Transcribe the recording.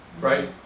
Right